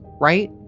right